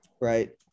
right